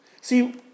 See